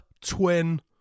Twin